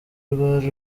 rwari